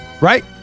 Right